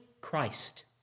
Christ